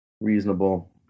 reasonable